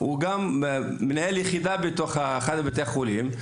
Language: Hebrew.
שהוא גם מנהל יחידה באחד מבתי החולים.